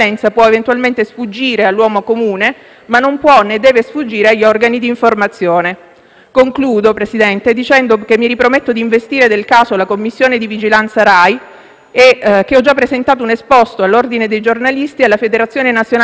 Ebbene, sul cedolino e sul foglio delle risposte vi erano appositi spazi nei quali applicare una coppia di codici a barre adesivi. È evidente come tale meccanismo, ideato per associare, anonimamente, il compito al concorrente, non abbia